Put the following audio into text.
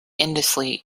endlessly